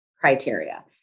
criteria